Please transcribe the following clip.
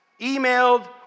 emailed